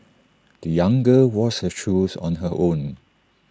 the young girl washed her shoes on her own